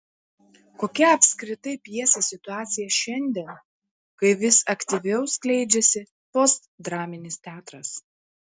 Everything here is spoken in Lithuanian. kokia apskritai pjesės situacija šiandien kai vis aktyviau skleidžiasi postdraminis teatras